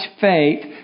faith